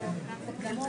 שבאתם.